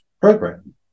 program